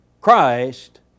Christ